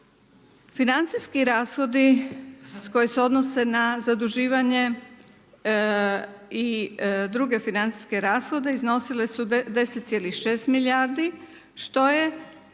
Financijski rashodi koji se odnose na zaduživanje i druge financijske rashode iznosile su 10,6 milijardi što je